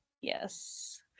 Yes